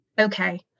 okay